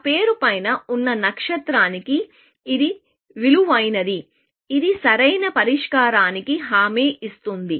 ఆ పేరు పైన ఉన్న నక్షత్రానికి ఇది విలువైనది ఇది సరైన పరిష్కారానికి హామీ ఇస్తుంది